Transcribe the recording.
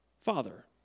father